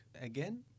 again